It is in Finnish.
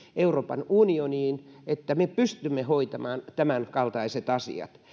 euroopan unioniin että me pystymme hoitamaan tämän kaltaiset asiat